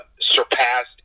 surpassed